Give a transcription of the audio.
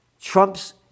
Trump's